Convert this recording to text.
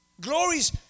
Glories